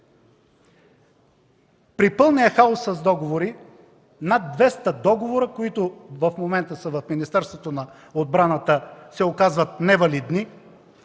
При пълния хаос на договорите – над 200 договора в момента са в Министерството на отбраната, се оказват невалидни.